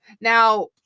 Now